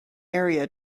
area